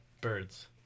birds